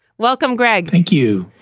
welcome, greg thank you.